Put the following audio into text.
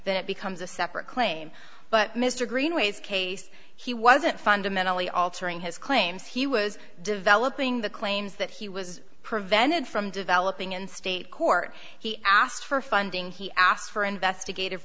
then it becomes a separate claim but mr greenways case he wasn't fundamentally altering his claims he was developing the claims that he was prevented from developing in state court he asked for funding he asked for investigative